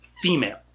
female